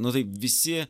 nu tai visi